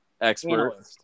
expert